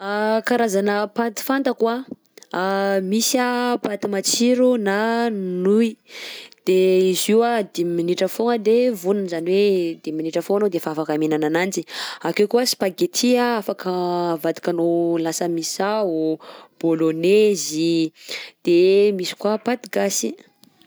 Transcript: Karazana paty fantako anh, misy a paty matsiro na nouilles, de izy io a dimy minitra foagna de vonona, zany hoe dimy minitra foagna anao de efa afaka mihinana ananjy, akeo koa spaghetti a afaka avadikanao lasa misao, bolognaise i, de misy koa paty gasy.